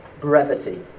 brevity